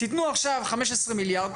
תיתנו עכשיו 15 מיליארד,